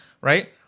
right